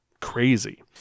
crazy